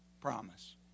promise